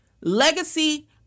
legacy